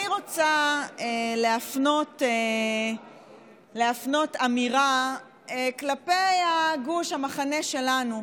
אני רוצה להפנות אמירה כלפי הגוש, המחנה שלנו: